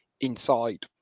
inside